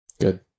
Good